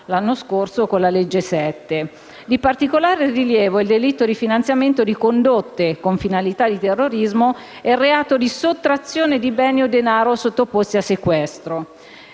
la legge n. 7 del 2015. Di particolare rilievo è il delitto di finanziamento di condotte con finalità di terrorismo e il reato di sottrazione di beni o denaro sottoposti a sequestro.